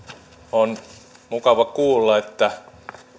on mukava kuulla että